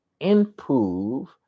improve